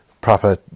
proper